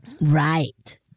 Right